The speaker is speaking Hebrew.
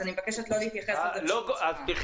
אז אני מבקשת לא להתייחס לזה בשום צורה.